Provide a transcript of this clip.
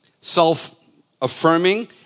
self-affirming